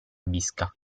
bisca